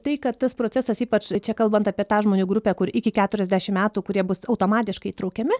tai kad tas procesas ypač čia kalbant apie tą žmonių grupę kur iki keturiasdešim metų kurie bus automatiškai įtraukiami